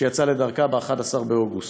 שיצאה לדרכה ב-11 באוגוסט.